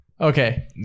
Okay